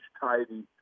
tidy